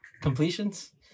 completions